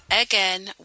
again